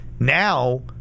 Now